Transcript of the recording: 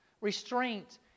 restraint